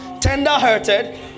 tender-hearted